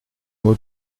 mot